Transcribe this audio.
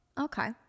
Okay